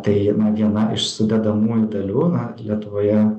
tai na viena iš sudedamųjų dalių na lietuvoje